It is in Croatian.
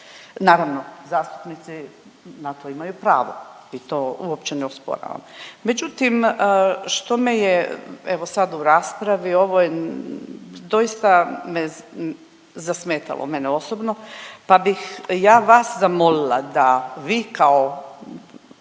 naravno zastupnici na to imaju pravo i to uopće ne osporavam. Međutim, što me je evo sad u raspravi ovoj doista me zasmetalo mene osobno, pa bih ja vas zamolila da vi kao